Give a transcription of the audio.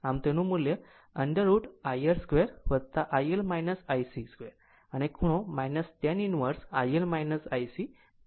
આમ તેની મુલ્ય √ IR2 IL IC અને ખૂણો tan inverse IL ICR હશે